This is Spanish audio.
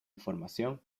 información